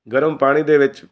ਗਰਮ ਪਾਣੀ ਦੇ ਵਿੱਚ